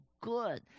good